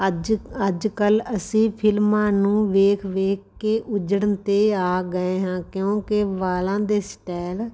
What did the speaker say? ਅੱਜ ਅੱਜ ਕੱਲ੍ਹ ਅਸੀਂ ਫਿਲਮਾਂ ਨੂੰ ਵੇਖ ਵੇਖ ਕੇ ਉਜੜਨ 'ਤੇ ਆ ਗਏ ਹਾਂ ਕਿਉਂਕਿ ਵਾਲਾਂ ਦੇ ਸਟੈਲ